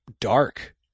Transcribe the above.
dark